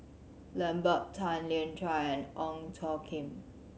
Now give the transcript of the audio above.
Lambert Tan Lian Chye and Ong Tjoe Kim